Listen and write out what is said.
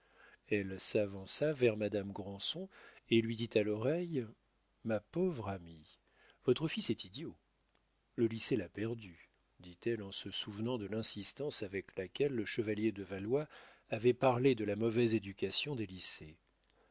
elle s'avança vers madame granson et lui dit à l'oreille ma pauvre amie votre fils est idiot le lycée l'a perdu dit-elle en se souvenant de l'insistance avec laquelle le chevalier de valois avait parlé de la mauvaise éducation